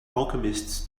alchemists